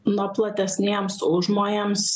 na platesniems užmojams